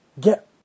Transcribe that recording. get